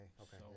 okay